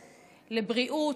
לבריאות,